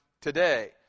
today